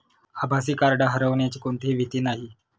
आभासी कार्ड हरवण्याची कोणतीही भीती नाही